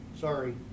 Sorry